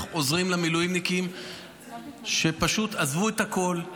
עוזרים למילואימניקים שפשוט עזבו את הכול,